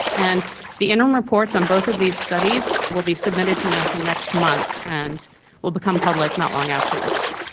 and the interim reports on both of these studies will be submitted to nasa next month and will become public not long afterwards.